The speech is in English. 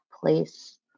place